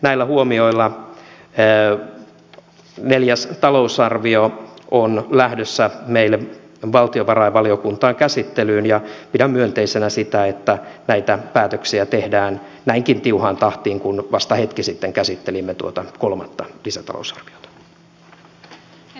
näillä huomioilla neljäs lisätalousarvio on lähdössä meille valtiovarainvaliokuntaan käsittelyyn ja pidän myönteisenä sitä että näitä päätöksiä tehdään näinkin tiuhaan tahtiin kun vasta hetki sitten käsittelimme kolmatta lisätalousarviota